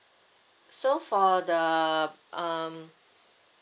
so for the um